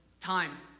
time